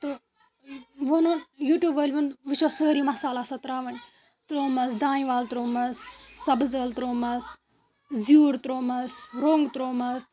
تہٕ ووٚنُن یوٗٹیوٗب وٲلۍ ووٚن وٕچھو سٲری مصال آسان تراوٕنۍ ترٛوومَس دانہِ وَل ترٛوومَس سبٕز عٲلہٕ ترٛوومَس زیُر ترٛوومَس رۄنٛگ ترٛوومَس